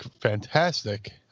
fantastic